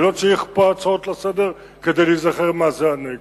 אני לא צריך פה הצעות לסדר-היום כדי להיזכר מה זה הנגב.